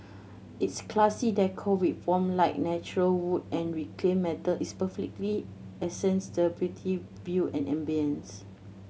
its classy decor with warm light natural wood and reclaimed metal is perfectly accents the beautiful view and ambience